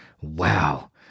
wow